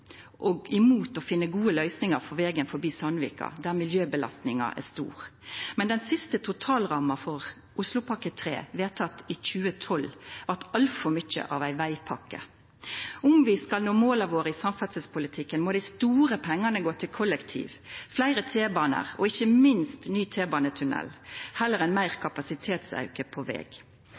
og imot å finna gode løysingar for vegen forbi Sandvika, der miljøbelastninga er stor. Men den siste totalramma for Oslopakke 3 blei vedteken i 2012, altfor mykje til ei vegpakke. Om vi skal nå måla våre i samferdselspolitikken, må dei store pengane gå til kollektiv, fleire T-banar og ikkje minst ny banetunnel heller enn større kapasitetsauke på veg.